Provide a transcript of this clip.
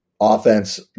offense